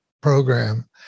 program